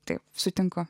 taip sutinku